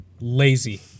Lazy